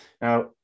Now